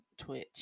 twitch